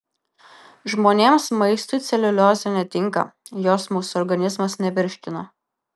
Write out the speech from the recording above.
žmonėms maistui celiuliozė netinka jos mūsų organizmas nevirškina